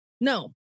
no